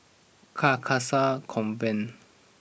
Carcasa Convent